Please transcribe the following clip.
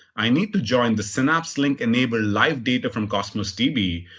i need to join the synapse link enable live data from cosmos db,